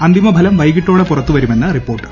അന്തിമഫലം വൈകിട്ടോടെ പുറത്തുവരുമെന്ന് റിപ്പോർട്ട്